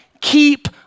keep